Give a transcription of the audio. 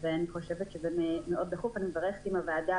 אני חושבת שזה מאוד דחוף ומברכת על כוונתה של הוועדה